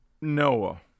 Noah